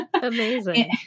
Amazing